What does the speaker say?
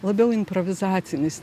labiau improvizacinis